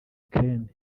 ukraine